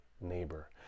neighbor